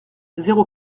zéro